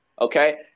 okay